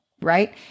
Right